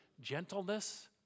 gentleness